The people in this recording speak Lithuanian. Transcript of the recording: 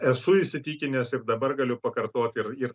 esu įsitikinęs ir dabar galiu pakartoti ir ir